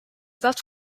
left